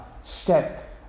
step